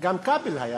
גם כבל היה